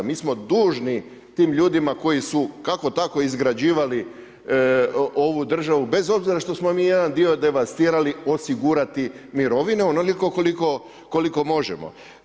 Mi smo dužni tim ljudima koji su kako tako izglađivali ova državu, bez obzira što smo mi jedan dio devastirali osigurati mirovinu, onoliko koliko možemo.